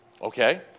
Okay